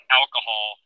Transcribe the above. alcohol